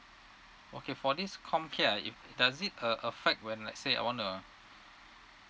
okay for this comcare ah if does it uh affect when let's say I wanna